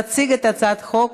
תציג את הצעת החוק